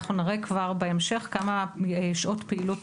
אנחנו נראה כבר בהמשך כמה שעות פעילות